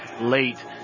late